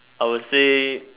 I'll say